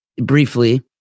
briefly